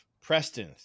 Preston